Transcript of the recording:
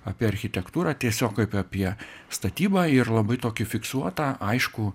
apie architektūrą tiesiog kaip apie statybą ir labai tokį fiksuotą aiškų